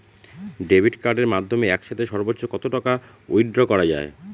Debit কার্ডের মাধ্যমে একসাথে সর্ব্বোচ্চ কত টাকা উইথড্র করা য়ায়?